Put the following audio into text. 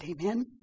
Amen